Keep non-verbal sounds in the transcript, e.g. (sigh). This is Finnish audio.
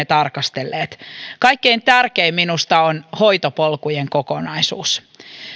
(unintelligible) tarkastelleen kaikkein tärkein minusta on hoitopolkujen kokonaisuus